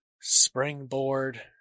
Springboard